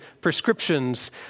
prescriptions